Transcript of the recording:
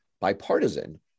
bipartisan